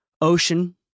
ocean